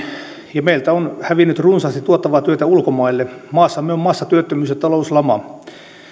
ja meiltä on hävinnyt runsaasti tuottavaa työtä ulkomaille maassamme on massatyöttömyys ja talouslama